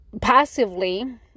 passively